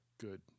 good